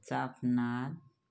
चापनाथ